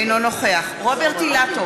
אינו נוכח רוברט אילטוב,